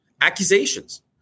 accusations